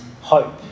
hope